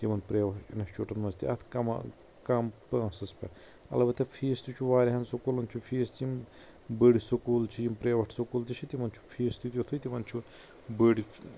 یِمن private institution منٛز تہِ اتھ کمال کم پۄنٛسس پٮ۪ٹھ البتہ فیٖس تہِ چھُ واریہن سکوٗلن چھُ فیٖس تہِ یِم بٔڑۍ سکوٗل چھِ یِم پریویٹ سکوٗل تہِ چھِ تِمن چھُ فیٖس تہِ تِتھُے تِمن چھُ بٔڑۍ